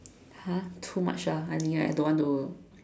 !huh! too much ah I think I don't want to